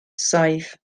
saith